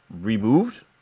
removed